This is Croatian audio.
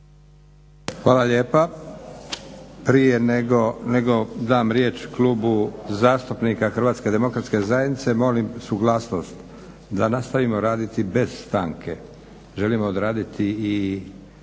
Hvala lijepa. Prije nego dam riječ Klubu zastupnika HDZ-a molim suglasnost da nastavimo raditi bez stanke. Želimo odraditi i